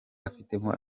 afitemo